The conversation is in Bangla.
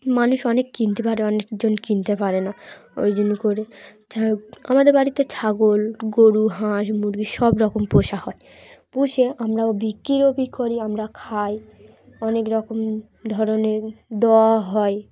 মানুষ অনেক কিনতে পারে অনেকজন কিনতে পারে না ওই জন্য করে ছ আমাদের বাড়িতে ছাগল গরু হাঁস মুরগি সব রকম পোষা হয় পোষে আমরাও বিক্রিরও বি করি আমরা খাই অনেক রকম ধরনের দওয়া হয়